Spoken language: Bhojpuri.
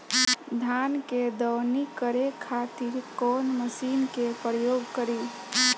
धान के दवनी करे खातिर कवन मशीन के प्रयोग करी?